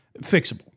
fixable